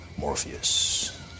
Morpheus